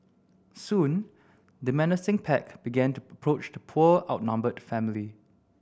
soon the menacing pack began to approach the poor outnumbered family